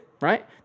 right